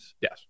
Yes